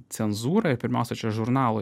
cenzūrą ir pirmiausia čia žurnalo